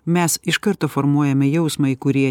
mes iš karto formuojame jausmą į kurį